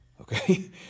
okay